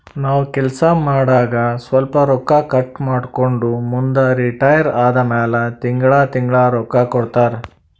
ನಾವ್ ಕೆಲ್ಸಾ ಮಾಡಾಗ ಸ್ವಲ್ಪ ರೊಕ್ಕಾ ಕಟ್ ಮಾಡ್ಕೊಂಡು ಮುಂದ ರಿಟೈರ್ ಆದಮ್ಯಾಲ ತಿಂಗಳಾ ತಿಂಗಳಾ ರೊಕ್ಕಾ ಕೊಡ್ತಾರ